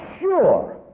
sure